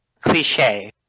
cliche